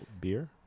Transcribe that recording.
beer